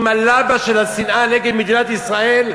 עם הלבה של השנאה נגד מדינת ישראל,